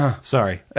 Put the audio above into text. Sorry